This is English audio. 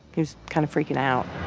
who's kind of freaking out